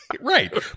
right